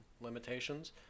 limitations